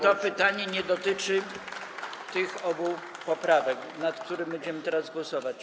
to pytanie nie dotyczy tych obu poprawek, nad którymi będziemy teraz głosować.